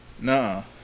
No